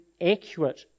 accurate